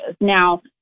Now